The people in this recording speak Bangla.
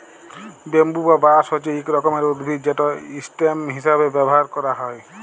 ব্যাম্বু বা বাঁশ হছে ইক রকমের উদ্ভিদ যেট ইসটেম হিঁসাবে ব্যাভার ক্যারা হ্যয়